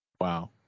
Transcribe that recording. Wow